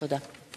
תודה.